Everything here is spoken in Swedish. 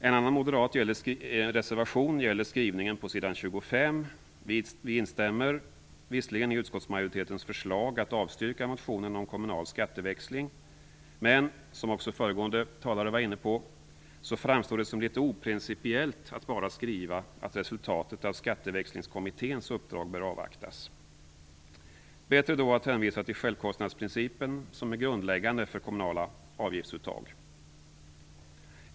En annan moderat reservation gäller skrivningen på s. 25. Vi instämmer visserligen i utskottsmajoritetens förslag att avstyrka motionen om kommunal skatteväxling, men, som också föregående talare var inne på, det framstår som litet oprincipiellt att bara skriva att resultatet av Skatteväxlingskommitténs uppdrag bör avvaktas. Det är bättre att hänvisa till självkostnadsprincipen, som är grundläggande för kommunala avgiftsuttag.